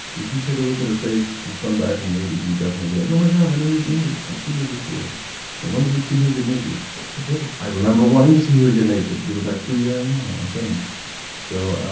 if you take a look at her face from back in the eighties, you'd definitely be like oh my god i know it is i've seen her before i wanted to see her get naked i remember wanting to see her get naked it was actually yeah, yeah a thing so,